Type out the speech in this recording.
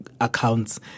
accounts